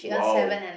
!wow!